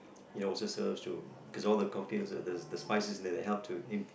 ya also serves to cause all the cocktails the spices are help to imp~